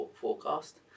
Forecast